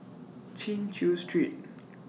Chin Chew Street